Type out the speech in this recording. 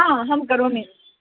आ अहं करोमि